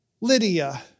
Lydia